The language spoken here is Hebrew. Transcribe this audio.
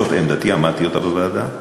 זאת עמדתי, ואמרתי אותה בוועדה.